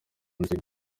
nzeri